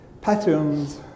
patterns